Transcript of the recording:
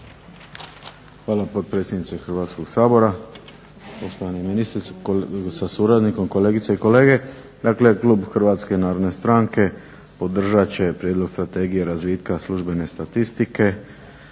Hvala potpredsjednice Hrvatskog sabora. Poštovani ministre sa suradnikom, kolegice i kolege. Dakle klub HNS-a podržat će Prijedlog strategije razvitka službene statistike